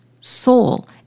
soul